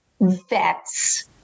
vets